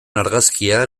argazkia